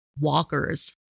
Walkers